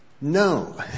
no